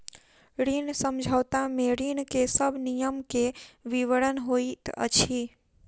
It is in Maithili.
ऋण समझौता में ऋण के सब नियम के विवरण होइत अछि